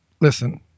listen